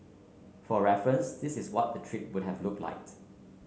for reference this is what the trip would have looked like